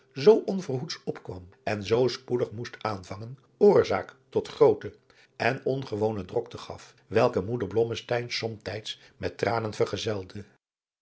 zoo onverhoeds opkwam en zoo spoedig moest aanvangen oorzaak tot groote en ongewone drokten gaf welke moeder blommesteyn somtijds met tranen